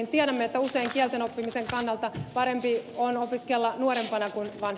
tiedämme että usein kielten oppimisen kannalta parempi on opiskella vuosisadan kun vain